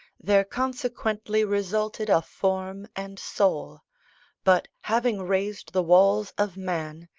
there consequently resulted a form and soul but having raised the walls of man,